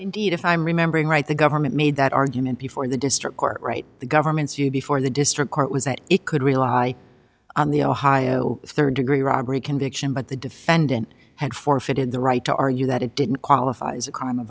indeed if i'm remembering right the government made that argument before the district court right the government's you before the district court was that it could rely on the ohio third degree robbery conviction but the defendant had forfeited the right to argue that it didn't qualify as a